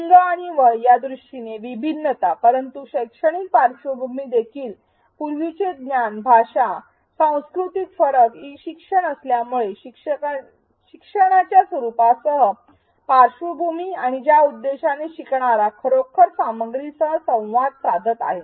लिंग आणि वय या दृष्टीने विभिन्नता परंतु शैक्षणिक पार्श्वभूमी देखील पूर्वीचे ज्ञान भाषा सांस्कृतिक फरक ई शिक्षण असल्यामुळे शिक्षणाच्या स्वरूपासह पार्श्वभूमी आणि ज्या उद्देशाने शिकणारा खरोखर सामग्री सह संवाद साधत आहे